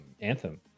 Anthem